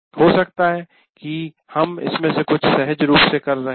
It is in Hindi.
हो सकता है कि हम इसमें से कुछ सहज रूप से कर रहे हों